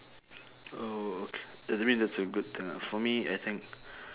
oh okay ya that mean that's a good thing lah for me I think